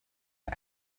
wir